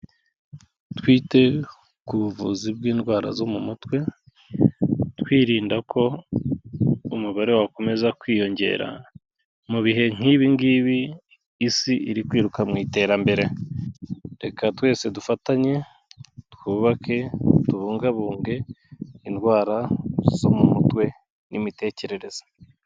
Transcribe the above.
Twite ku buvuzi bw'indwara zo mu mutwe, twirinda ko umubare wakomeza kwiyongera, mu bihe nk'ibi ngibi isi iri kwiruka mu iterambere. Reka twese dufatanye, twubake, tubungabunge indwara zo mu mutwe n'imitekerereze.